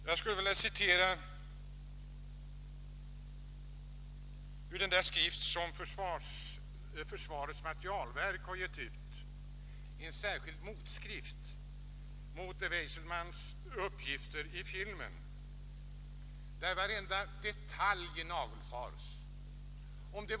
Jag skulle kunna citera ur den skrift som försvarets materielverk har givit ut, en särskild motskrift mot Maj Wechselmanns uppgifter i filmen. Varenda detalj nagelfars där.